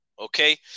okay